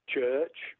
church